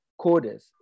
coders